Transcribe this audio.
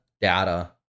data